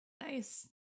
nice